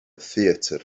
theatr